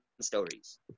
stories